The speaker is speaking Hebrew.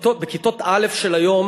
בכיתות א' של היום